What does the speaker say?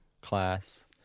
class